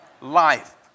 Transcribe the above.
Life